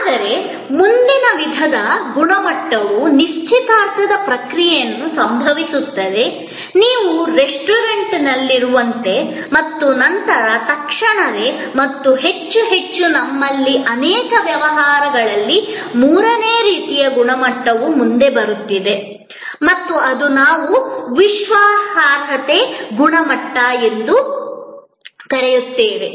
ಆದರೆ ಮುಂದಿನ ವಿಧದ ಗುಣಮಟ್ಟವು ನಿಶ್ಚಿತಾರ್ಥದ ಪ್ರಕ್ರಿಯೆಯಲ್ಲಿ ಸಂಭವಿಸುತ್ತದೆ ನೀವು ರೆಸ್ಟೋರೆಂಟ್ನಲ್ಲಿರುವಂತೆ ಮತ್ತು ನಂತರ ತಕ್ಷಣವೇ ಮತ್ತು ಹೆಚ್ಚು ಹೆಚ್ಚು ನಮ್ಮಲ್ಲಿ ಅನೇಕ ವ್ಯವಹಾರಗಳಲ್ಲಿ ಮೂರನೇ ರೀತಿಯ ಗುಣಮಟ್ಟವು ಮುಂದೆ ಬರುತ್ತಿದೆ ಮತ್ತು ಅದು ನಾವು ವಿಶ್ವಾಸಾರ್ಹತೆ ಗುಣಮಟ್ಟ ಎಂದು ಕರೆಯುತ್ತೇವೆ